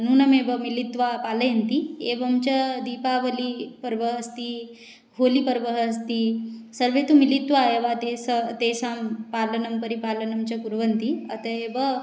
नूनमेव मिलित्वा पालयन्ति एवं च दीपावलिः पर्व अस्ति होली पर्व अस्ति सर्वे तु मिलित्वा एव तेषां तेषां पालनं परिपालनं च कुर्वन्ति अतः एव